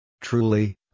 Truly